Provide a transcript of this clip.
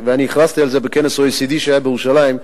ואני הכרזתי על זה בכנס ה-OECD שהיה בירושלים,